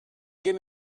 give